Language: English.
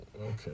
Okay